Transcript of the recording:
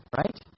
right